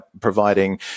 providing